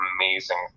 amazing